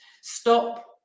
stop